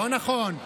20%. לא נכון.